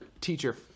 teacher